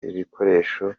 ibikoresho